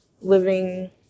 living